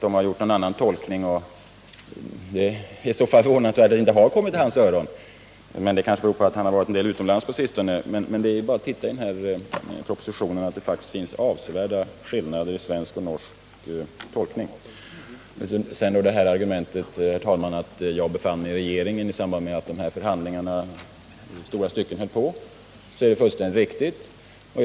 Det är i så fall förvånansvärt att det inte har nått hans öron, men det kanske beror på att han varit utomlands på sistone. Han behöver bara titta i propositionen för att se att det faktiskt finns avsevärda skillnader i svensk och norsk tolkning. Argumentet att jag befann mig i regeringen samtidigt som stora delar av de här förhandlingarna pågick är fullständigt riktigt.